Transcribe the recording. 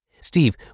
Steve